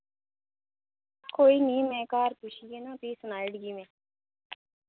कोई नि मैं घर पुच्छियै ना फ्ही सनाइड़गी में